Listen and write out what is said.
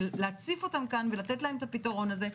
להציף אותם כאן ולתת להם את הפתרון הזה,